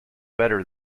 better